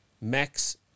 Max